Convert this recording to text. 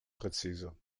präzise